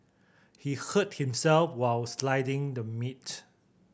he hurt himself while slicing the meat